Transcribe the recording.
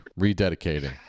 Rededicating